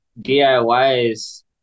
DIYs